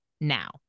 now